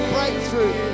Breakthrough